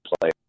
play